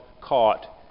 caught